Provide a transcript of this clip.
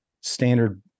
standard